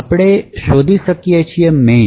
આપણે શોધી શકીએ મેઇન